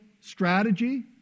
strategy